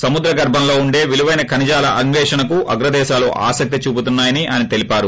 సముద్ర గర్బంలో ఉండే విలువైన ఖనిజాల అన్వేషణకు అగ్రదేశాలు ఆసక్తి చూపుతున్నాయని ఆయన తెలిపారు